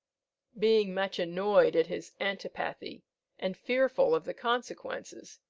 being much annoyed at his antipathy and fearful of the consequences,